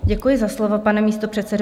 Děkuji za slovo, pane místopředsedo.